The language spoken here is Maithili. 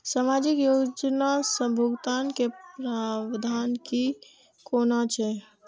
सामाजिक योजना से भुगतान के प्रावधान की कोना छै?